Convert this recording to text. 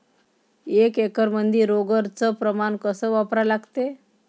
एक एकरमंदी रोगर च प्रमान कस वापरा लागते?